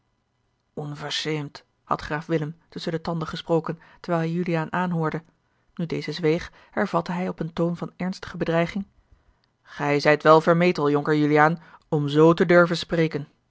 unverschämt had graaf willem tusschen de tanden gesproken terwijl hij juliaan aanhoorde nu deze zweeg hervatte hij op een toon van ernstige bedreiging gij zijt wel vermetel jonker juliaan om zoo te durven spreken